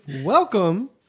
Welcome